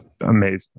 amazing